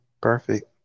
Perfect